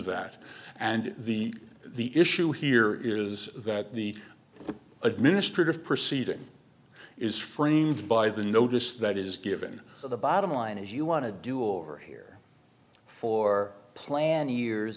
that and the the issue here is that the administrative proceeding is framed by the notice that is given to the bottom line is you want to do over here for plan years